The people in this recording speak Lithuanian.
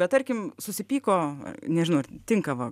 bet tarkim susipyko nežinau ar tinka va